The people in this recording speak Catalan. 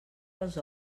els